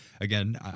Again